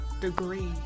degree